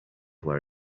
where